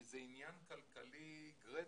כי זה עניין כלכלי גרידא.